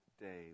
day